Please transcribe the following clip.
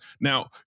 Now